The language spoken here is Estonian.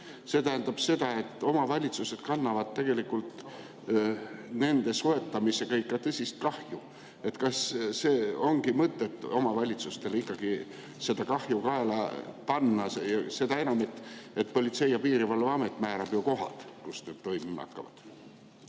See tähendab, et omavalitsused kannavad tegelikult nende soetamisega tõsist kahju. Kas ongi mõtet omavalitsustele seda kahju kaela panna, seda enam, et Politsei- ja Piirivalveamet määrab kohad, kus need toimima hakkavad?